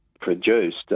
produced